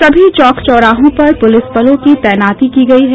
सभी चौक चौराहों पर पुलिस बलों की तैनाती की गयी है